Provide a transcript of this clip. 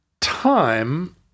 time